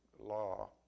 law